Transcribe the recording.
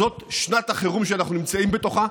זאת שנת החירום שאנחנו נמצאים בתוכה.